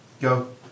Go